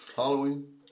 halloween